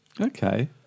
Okay